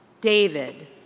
David